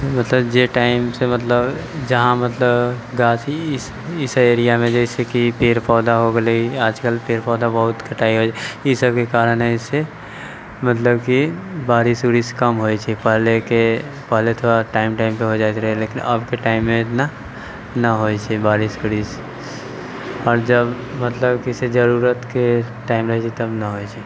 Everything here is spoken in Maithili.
मतलब जाहि टाइम से मतलब जहाँ मतलब कि गाछी इस एरियामे जइसे कि पेड़ पौधा हो गेलै आजकल पेड़ पौधा बहुत कटाइ होइत छै ई सभके कारण एहि से मतलब कि बारिश ओरिश कम होइत छै पहिलेके पहिले थोड़ा टाइम टाइम पर हो जाइत रहलै लेकिन अबके टाइममे नहि होइत छै इतना बारिश ओरिश आओर जब मतलब किसी जरूरतके टाइम रहैत छै तब ने होइत छै